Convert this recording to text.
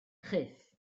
chyff